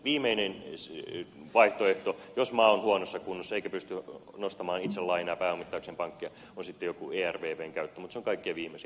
viimeinen vaihtoehto jos maa on huonossa kunnossa eikä pysty nostamaan itse lainoja pääomittaakseen pankkeja on sitten joku ervvn käyttö mutta se on kaikkein viimeisin